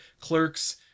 clerk's